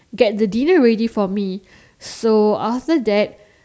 get the dinner ready for me so after that